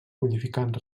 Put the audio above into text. modificant